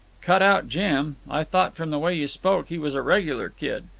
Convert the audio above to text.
cut out jim. i thought from the way you spoke he was a regular kid.